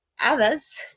Others